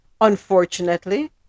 unfortunately